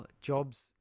jobs